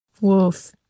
Wolf